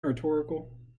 rhetorical